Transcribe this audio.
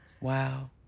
Wow